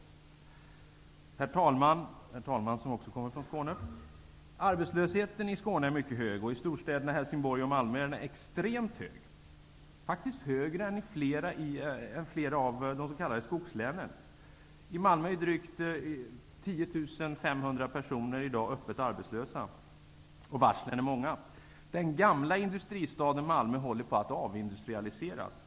Herr talman! Talmannen kommer också från Skåne. Arbetslösheten i Skåne är mycket hög. I storstäderna Helsingborg och Malmö är den extremt hög, faktiskt högre än i flera av de s.k. skogslänen. I Malmö är drygt 10 500 personer i dag öppet arbetslösa, och varslen är många. Den gamla industristaden Malmö håller på att avindustrialiseras.